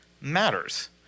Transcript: matters